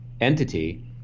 entity